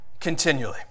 continually